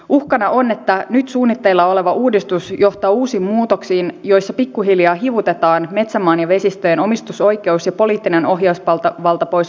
uhkana on että nyt suunnitteilla oleva uudistus johtaa uusiin muutoksiin joissa pikkuhiljaa hivutetaan metsämaan ja vesistöjen omistusoikeus ja poliittinen ohjausvalta pois valtiolta